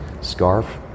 scarf